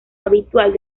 habitual